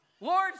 Lord